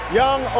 young